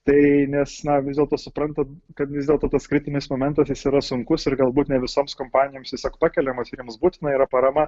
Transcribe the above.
tai nes na vis dėlto suprantat kad vis dėlto tas kritinis momentas jis yra sunkus ir galbūt ne visoms kompanijoms tiesiog pakeliamas jiems būtina yra parama